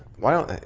why don't. i